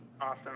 Awesome